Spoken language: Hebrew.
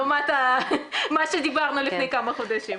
לעומת מה שדיברנו לפני כמה חודשים.